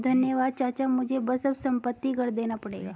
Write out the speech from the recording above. धन्यवाद चाचा मुझे बस अब संपत्ति कर देना पड़ेगा